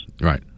Right